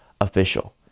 Official